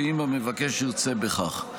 באם המבקש ירצה בכך.